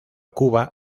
cuba